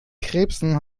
krebsen